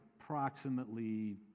approximately